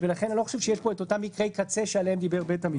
ולכן אני לא חושב שיש פה את אותם מקרי קצה שעליהם דיבר בית המשפט.